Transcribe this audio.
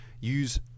use